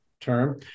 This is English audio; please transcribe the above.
term